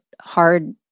hard